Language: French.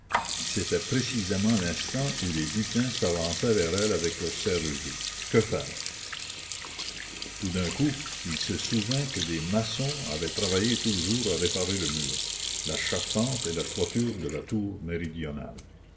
c'était précisément l'instant où les hutins s'avançaient vers elle avec leur serrurerie que faire tout d'un coup il se souvint que des maçons avaient travaillé tout le jour à réparer le mur la charpente et la toiture de la tour méridionale